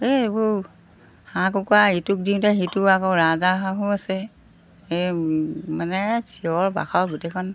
এই এইবোৰ হাঁহ কুকুৰা ইটোক দিওঁতে সিটো আকৌ ৰাজহাঁহো আছে সেই মানে চিঞৰ বাখৰ গোটেইখন